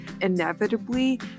inevitably